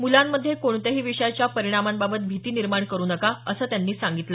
मुलांमध्ये कोणत्याही विषयाच्या परिणामांबाबत भीती निर्माण करू नका असं त्यांनी सांगितलं